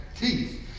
teeth